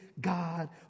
God